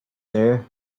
there